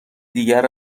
دیگر